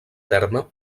terme